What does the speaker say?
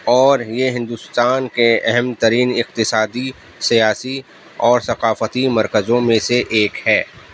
اور یہ ہندوستان کے اہم ترین اقتصادی سیاسی اور ثقافتی مرکزوں میں سے ایک ہے